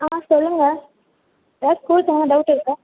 ஆ சொல்லுங்கள் ஏதாவது ஸ்கூல்